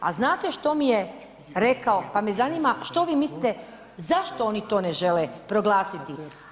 A znate što mi je rekao, pa me zanima što vi mislite zašto oni to ne žele proglasiti?